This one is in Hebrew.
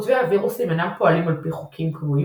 כותבי הווירוסים אינם פועלים על פי חוקים קבועים